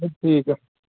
चलो ठीक ऐ